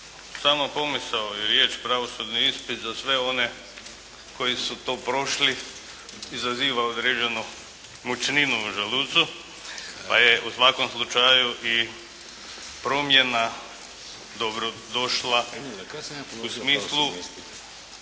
Sama pomisao i riječ pravosudni ispit za sve one koji su to prošli izaziva određenu mučninu u želucu pa je u svakom slučaju i promjena dobrodošla u smislu